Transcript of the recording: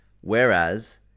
Whereas